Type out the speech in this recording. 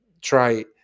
try